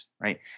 right